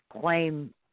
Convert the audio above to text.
claim –